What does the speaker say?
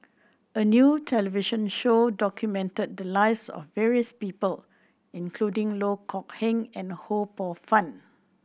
a new television show documented the lives of various people including Loh Kok Heng and Ho Poh Fun